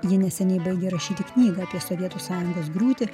ji neseniai baigė rašyti knygą apie sovietų sąjungos griūtį